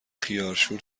خیارشور